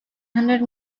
hundred